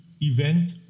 event